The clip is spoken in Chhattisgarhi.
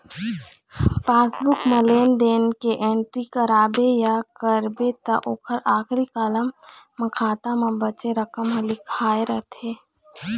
पासबूक म लेन देन के एंटरी कराबे या करबे त ओखर आखरी कालम म खाता म बाचे रकम ह लिखाए रहिथे